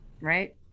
right